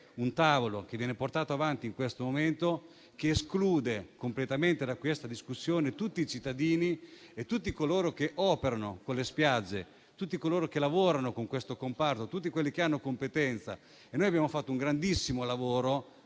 sul tavolo che viene portato avanti in questo momento, che esclude completamente dalla discussione tutti i cittadini, tutti coloro che operano nell'ambito delle spiagge, tutti coloro che lavorano in quel comparto e tutti quelli che hanno competenza in materia. Noi abbiamo portato avanti un grandissimo lavoro